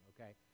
okay